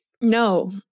No